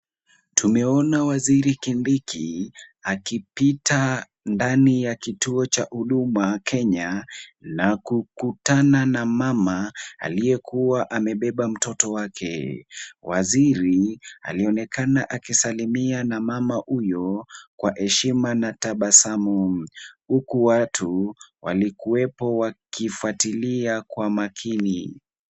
Tumeona waziri Kindiki akipita ndani ya kituo cha huduma Kenya na kukutana na mama aliyekuwa amebeba mtoto wake. Waziri alionekana akisalimia na mama huyo kwa heshima na tabasamu, huku watu walikuwepo wakifuatilia kwa makini.